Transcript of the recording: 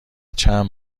چند